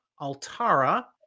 Altara